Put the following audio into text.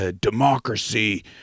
democracy